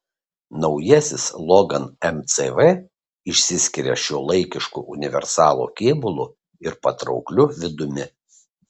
naujasis logan mcv išsiskiria šiuolaikišku universalo kėbulu ir patraukliu vidumi